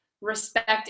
respect